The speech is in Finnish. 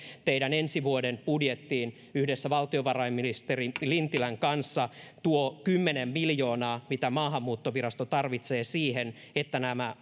teidän ensi vuoden budjettiinne yhdessä valtiovarainministeri lintilän kanssa tuo kymmenen miljoonaa mitä maahanmuuttovirasto tarvitsee siihen että nämä